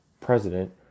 president